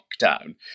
lockdown